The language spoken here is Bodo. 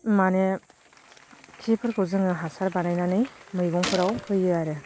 माने खिफोरखौ जोङो हासार बानायनानै मैगंफोराव होयो आरो